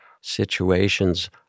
situations